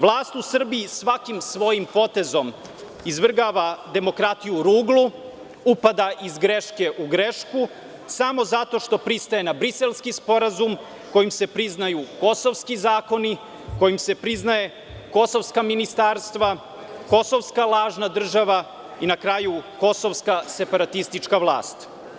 Vlast u Srbiji svakim svojim potezom izvrgava demokratiju ruglu, upada iz greške u grešku samo zato što pristaje na Briselski sporazum kojim se priznaju kosovski zakoni, kojim se priznaju kosovska ministarstva, kosovska lažna država i, na kraju, kosovska separatistička vlast.